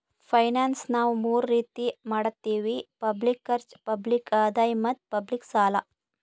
finance ನಾವ್ ಮೂರ್ ರೀತಿ ಮಾಡತ್ತಿವಿ ಪಬ್ಲಿಕ್ ಖರ್ಚ್, ಪಬ್ಲಿಕ್ ಆದಾಯ್ ಮತ್ತ್ ಪಬ್ಲಿಕ್ ಸಾಲ